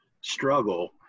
struggle